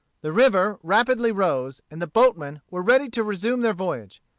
the river rapidly rose, and the boatmen were ready to resume their voyage.